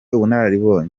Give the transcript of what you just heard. ubunararibonye